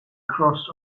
crossed